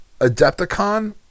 adepticon